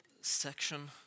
section